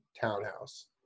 townhouse